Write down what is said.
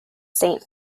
saint